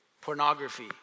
pornography